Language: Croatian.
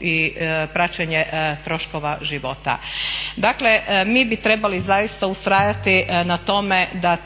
i praćenje troškova života. Dakle mi bi trebali zaista ustrajati na tome da